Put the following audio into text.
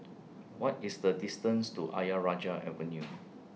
What IS The distance to Ayer Rajah Avenue